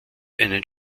einen